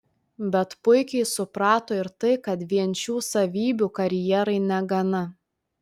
bet puikiai suprato ir tai kad vien šių savybių karjerai negana